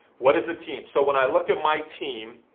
what is a team? so when i look at my team,